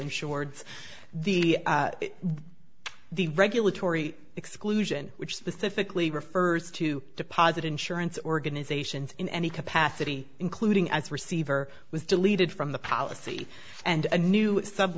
insured the the regulatory exclusion which specifically refers to deposit insurance organizations in any capacity including as receiver was deleted from the policy and a new